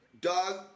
Doug